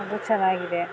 ಅದು ಚೆನ್ನಾಗಿದೆ